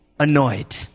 Annoyed